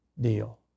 deal